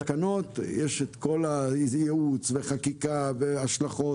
לגבי תקנות - יש את כל הייעוץ וחקיקה, והשלכות.